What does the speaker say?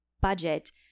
budget